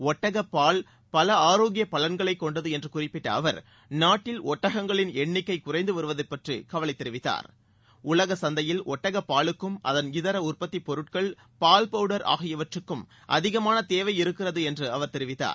ஒட்டகத்தின் பால் பல ஆரோக்கிய பலன்களை கொண்டது என்று குறிப்பிட்ட அவர் நாட்டில் ஒட்டகங்களின் எண்ணிக்கை குறைந்துவருவதைப் பற்றி கவலை தெரிவித்தார் உலகச் சந்தையில் ஒட்டகப் பாலுக்கும் அதள் இதர உற்பத்தி பொருட்கள் பால் பவுடர் ஆகியவற்றுக்கும் அதிகமான தேவை இருக்கிறது என்று அவர் தெரிவித்தார்